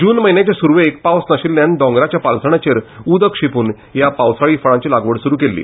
जून म्हयन्याचे सुरवेक पावस नाशिल्ल्यान दोंगराच्या पालसणांचेर उदक शिंपून ह्या पावसाळी फळांची लागवड सुरू केल्ली